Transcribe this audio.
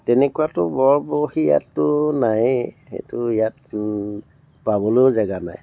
তেনেকুৱাতো বৰ বৰশী ইয়াততো নায়েই সেইটো ইয়াত পাবলৈও জাগা নাই